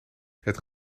het